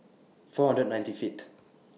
four hundred and ninety Fifth